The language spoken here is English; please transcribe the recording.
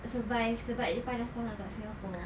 survive sebab dia panas sangat kat Singapore